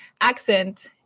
accent